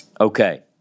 Okay